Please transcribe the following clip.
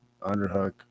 underhook